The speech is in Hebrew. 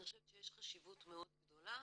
אני חושבת שיש חשיבות מאוד גדולה